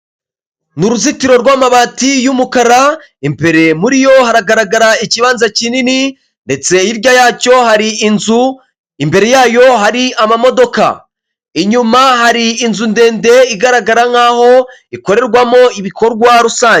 Mu ruzitiro rwamabati y'umukara, imbere muri yo haragaragara ikibanza kinini ndetse hirya yacyo hari inzu, imbere yayo hari amamodoka, inyuma hari inzu ndende igaragara nkaho ikorerwamo ibikorwa rusange.